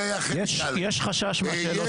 יש חשש מהשאלות